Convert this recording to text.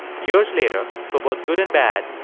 years later, for both good and bad,